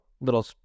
little